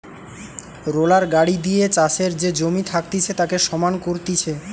roller গাড়ি দিয়ে চাষের যে জমি থাকতিছে তাকে সমান করতিছে